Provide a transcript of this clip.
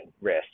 risk